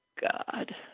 God